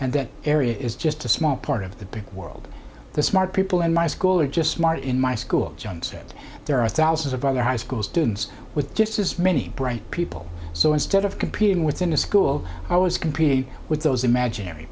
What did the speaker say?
and that area is just a small part of the world the smart people in my school are just smarter in my school john said there are thousands of other high school students with just as many bright people so instead of competing within the school i was competing with those imaginary